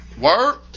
word